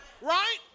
right